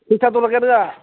फैसा दंना गैया नोंहा